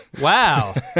Wow